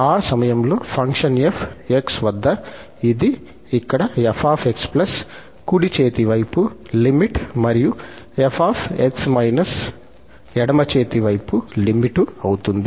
ఆ సమయంలో ఫంక్షన్ 𝑓 𝑥 వద్ద ఇది ఇక్కడ 𝑓 𝑥 కుడి చేతి వైపు లిమిట్ మరియు 𝑓 𝑥− ఎడమ చేతి వైపు లిమిట్ అవుతుంది